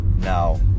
Now